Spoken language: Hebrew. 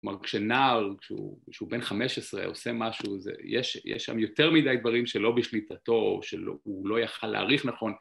כלומר כשנער, כשהוא בן חמש עשרה עושה משהו, יש שם יותר מדי דברים שלא בשליטתו, שהוא לא יכל להעריך נכון